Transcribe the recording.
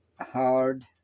hard